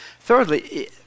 Thirdly